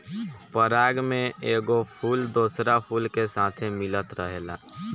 पराग में एगो फूल दोसरा फूल के साथे मिलत रहेला